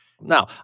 Now